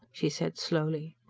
she said slowly.